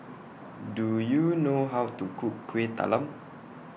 Do YOU know How to Cook Kuih Talam